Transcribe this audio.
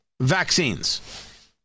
vaccines